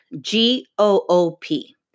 G-O-O-P